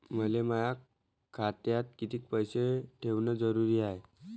मले माया खात्यात कितीक पैसे ठेवण जरुरीच हाय?